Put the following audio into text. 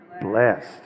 blessed